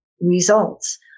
results